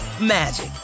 magic